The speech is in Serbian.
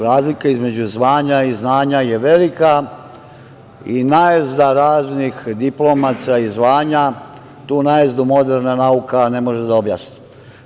Razlika između zvanja i znanja je velika, i najezda raznih diplomaca i zvanja, tu najezdu, moderna nauka ne može da objasni.